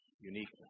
uniqueness